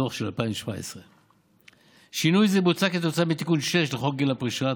שבדוח לשנת 2017. שינוי זה בוצע כתוצאה מתיקון 6 לחוק גיל פרישה,